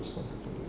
first computer